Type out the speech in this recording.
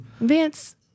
Vince